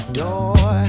door